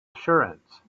assurance